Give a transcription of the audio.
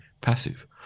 passive